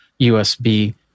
USB